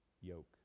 yoke